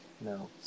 No